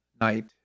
night